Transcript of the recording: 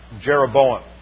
Jeroboam